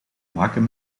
maken